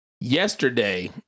Yesterday